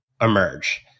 emerge